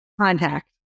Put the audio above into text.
Contact